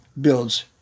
builds